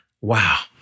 Wow